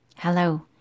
Hello